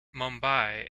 mumbai